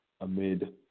amid